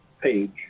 page